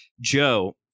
Joe